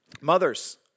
Mothers